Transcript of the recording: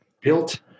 built